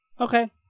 Okay